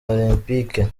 olempike